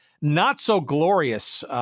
not-so-glorious